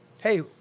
hey